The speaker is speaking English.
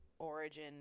origin